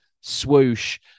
swoosh